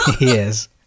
Yes